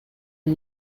and